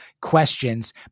questions